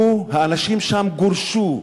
האנשים שם גורשו,